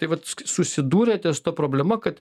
tai vat susidūrėte su problema kad